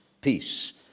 peace